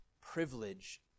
privilege